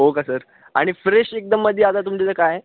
हो का सर आणि फ्रेश एकदम मध्ये आता तुमच्या इथे काय आहे